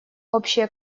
общее